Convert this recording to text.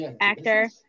actor